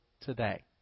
today